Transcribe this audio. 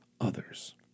others